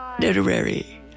literary